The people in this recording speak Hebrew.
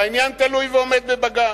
והעניין תלוי ועומד בבג"ץ.